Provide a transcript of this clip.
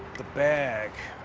the bag,